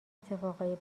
اتفاقای